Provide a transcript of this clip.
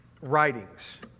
writings